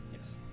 Yes